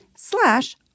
Slash